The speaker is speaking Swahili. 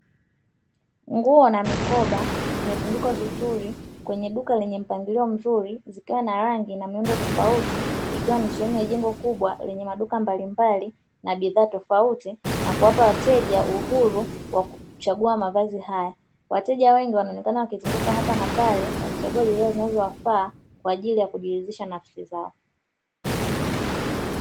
Nguo na mikoba zimetundikwa vizuri kwenye duka lenye mpangilio mzuri, zikiwa na rangi na miundo tofauti, ikiwa ni sehemu ya jengo kubwa lenye maduka mbalimbali na bidhaa tofauti na kuwapa wateja uhuru wa kuchagua mavazi haya. Wateja wengi wameonekana wakizunguka hapa na pale wakichagua mavazi yanayowafaa kwa ajili ya kujiridhisha nafsi zao.